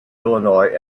illinois